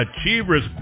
Achievers